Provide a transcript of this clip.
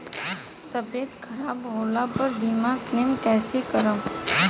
तबियत खराब होला पर बीमा क्लेम कैसे करम?